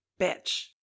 bitch